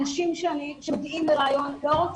אנשים שמגיעים לראיון, לא רוצים.